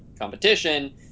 competition